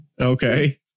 Okay